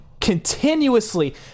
continuously